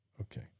Okay